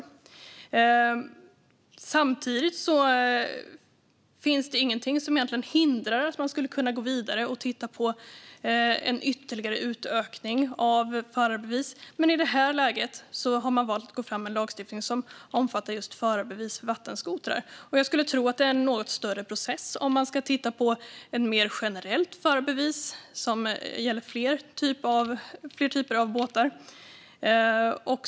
Egentligen finns ingenting som hindrar att man går vidare och tittar på en ytterligare utökning av förarbevis, men i det här läget har man valt att gå fram med en lagstiftning som omfattar just förarbevis för vattenskotrar. Jag skulle tro att det är en något större process om man ska titta på ett mer generellt förarbevis som gäller flera typer av båtar.